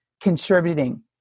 contributing